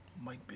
Mike